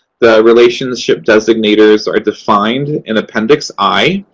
the relationship designators are defined in appendix i.